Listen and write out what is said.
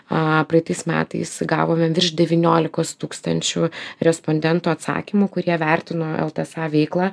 a praeitais metais gavome virš devyliolikos tūkstančių respondentų atsakymų kurie vertino ltsa veiklą